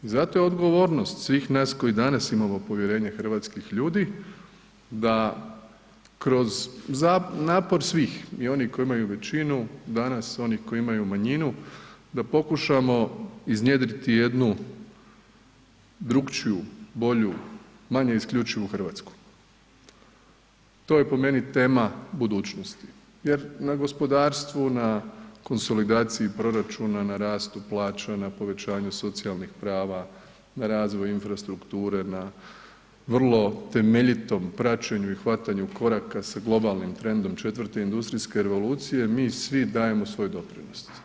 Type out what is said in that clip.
I zato je odgovornost svih nas koji danas imamo povjerenje hrvatskih ljudi da kroz napor svih i onih koji imaju većinu danas, oni koji imaju manjinu da pokušamo iznjedriti jednu drugačiju, bolju, manje isključivu Hrvatsku, to je po meni tema budućnosti jer na gospodarstvu, na konsolidaciji proračuna, na rastu plaća, na povećanju socijalnih prava, na razvoj infrastrukture, na vrlo temeljitom praćenju i hvatanju koraka sa globalnim trendom četvrte industrijske revolucije mi svi dajemo svoj doprinos.